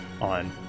on